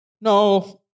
No